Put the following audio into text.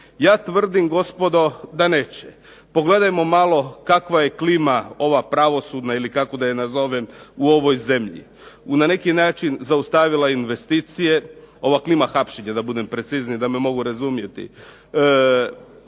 Ja tvrdim gospodo da neće. Pogledajmo malo kakva je klima ova pravosudna ili kako da ju nazovem u ovoj zemlji. Na neki način zaustavila investicije, ova klima hapšenja da budem precizniji, da me mogu razumjeti.